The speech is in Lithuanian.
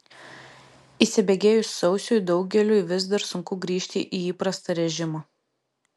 įsibėgėjus sausiui daugeliui vis dar sunku grįžti į įprastą režimą